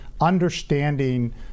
understanding